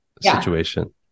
situation